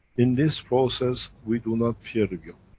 in this process, we do not peer review.